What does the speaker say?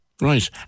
Right